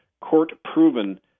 court-proven